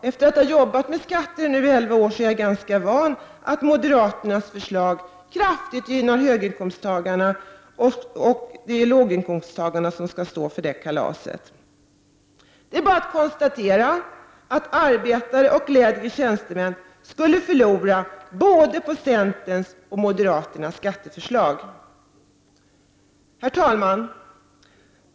Efter att ha arbetat med skattefrågor i elva år är jag ganska van vid att moderaternas förslag kraftigt gynnar höginkomsttagarna på bekostnad av låginkomsttagarna. Det är bara att konstatera att arbetare och lägre tjänstemän skulle förlora på både centerns och moderaternas förslag. Herr talman!